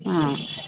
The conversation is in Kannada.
ಹಾಂ